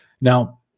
now